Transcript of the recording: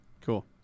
Cool